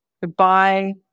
goodbye